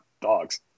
dogs